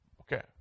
Okay